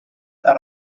are